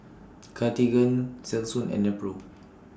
Cartigain Selsun and Nepro